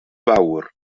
fawr